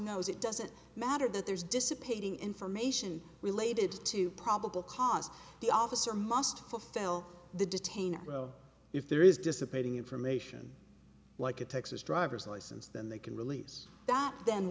knows it doesn't matter that there's dissipating information related to probable cause the officer must fulfill the detain or if there is dissipating information like a texas driver's license then they can release that then